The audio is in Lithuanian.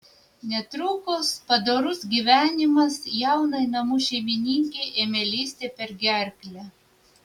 netrukus padorus gyvenimas jaunai namų šeimininkei ėmė lįsti per gerklę